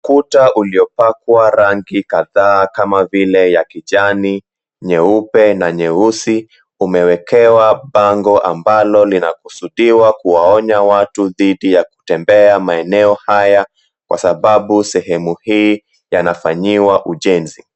Ukuta uliopakwa rangi kadhaa kama vile ya kijani, nyeupe, na nyeusi umewekewa bango ambalo lina kusudiwa kuwaonya watu dhidi ya kutembea maeneo haya kwa sababu sehemu hii yanafanyiwa ujenzi.